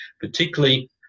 particularly